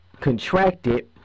contracted